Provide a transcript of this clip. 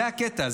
זה הקטע.